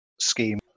scheme